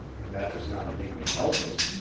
but that does not make me helpless.